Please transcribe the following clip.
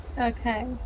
Okay